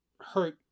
hurt